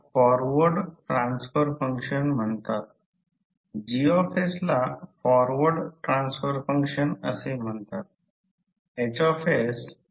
positive टर्मिनलसाठी कोणताही voltage source घेउ याचा अर्थ हे आहे आणि नंतर हे आहे